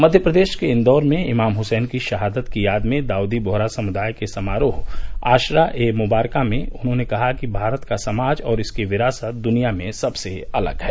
मध्यप्रदेश के इंदौर में इमाम हसैन की शहादत की याद में दाउदी बोहरा समुदाय के समारोह आशरा ए मुबारकां में उन्होंने कहा कि भारत का समाज और इसकी विरासत दुनिया में सबसे अलग है